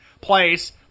Place